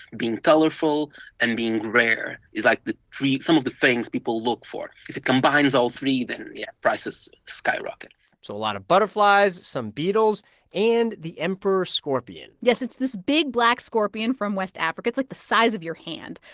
being colorful and being rare is, like, the three some of the things people look for. if it combines all three, then, yeah, prices skyrocket so a lot of butterflies, some beetles and the emperor scorpion yes. it's this big, black scorpion from west africa. it's, like, the size of your hand.